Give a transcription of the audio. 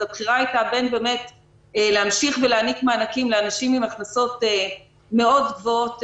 הבחירה הייתה בין להמשיך ולהעניק מענקים לאנשים עם הכנסות מאוד גבוהות,